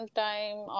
time